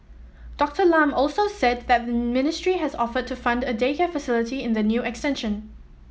Doctor Lam also said that the ministry has offered to fund a daycare facility in the new extension